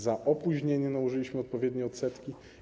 Za opóźnienie nałożyliśmy odpowiednie odsetki.